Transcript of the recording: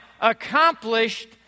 accomplished